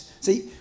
See